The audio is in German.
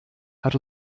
hat